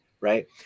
Right